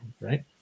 right